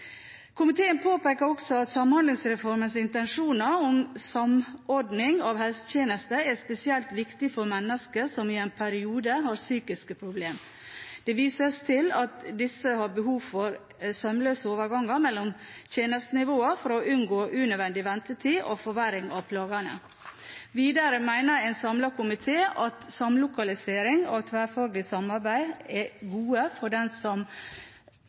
Komiteen påpeker også at Samhandlingsreformens intensjoner om samordning av helsetjenester er spesielt viktig for mennesker som i en periode har psykiske problemer. Det vises til at disse har behov for sømløse overganger mellom tjenestenivåene for å unngå unødvendig ventetid og forverring av plagene. Videre mener en samlet komité at samlokalisering og tverrfaglig samarbeid er goder for dem som trenger hjelp, og viser til den